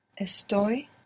Estoy